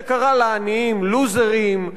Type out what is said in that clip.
שקרא לעניים "לוזרים",